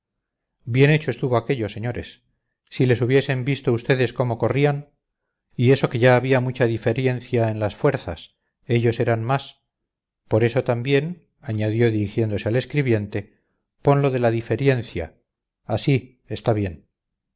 bien hecho estuvo aquello señores si les hubiesen visto ustedes cómo corrían y eso que ya había mucha diferiencia en las fuerzas ellos eran más pon eso también añadió dirigiéndose al escribiente pon lo de la diferiencia así está bien